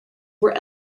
were